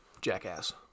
jackass